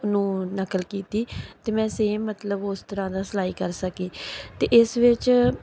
ਨੂੰ ਨਕਲ ਕੀਤੀ ਅਤੇ ਮੈਂ ਸੇਮ ਮਤਲਬ ਉਸ ਤਰ੍ਹਾਂ ਦਾ ਸਿਲਾਈ ਕਰ ਸਕੀ ਅਤੇ ਇਸ ਵਿੱਚ